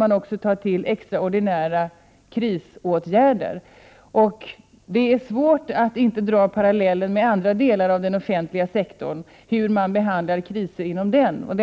man måste ta till extraordinära krisåtgärder. Det är svårt att inte dra paralleller med hur man behandlar kriser inom andra delar av den offentliga sektorn.